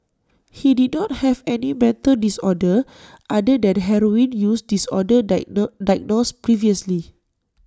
he did not have any mental disorder other than heroin use disorder diagnosed previously